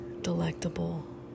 Delectable